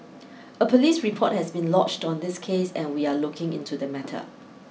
a police report has been lodged on this case and we are looking into the matter